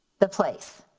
the place.